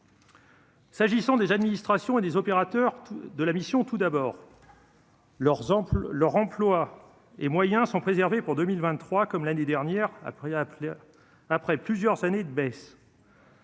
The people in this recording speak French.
S'agissant des administrations et des opérateurs de la mission tout d'abord. Leurs emplois, leur emploi et moyens sont préservés pour 2023, comme l'année dernière à appelé après plusieurs années de baisse.